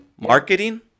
marketing